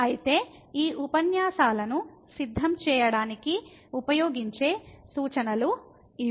అయితే ఈ ఉపన్యాసాలను సిద్ధం చేయడానికి ఉపయోగించే సూచనలు ఇవి